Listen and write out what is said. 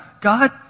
God